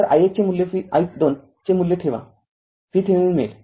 तर i१ चे मूल्य i२ चे मूल्य ठेवा VThevenin मिळेल